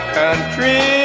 country